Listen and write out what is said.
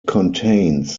contains